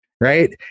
right